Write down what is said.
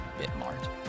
BitMart